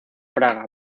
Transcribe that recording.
praga